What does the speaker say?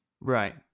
Right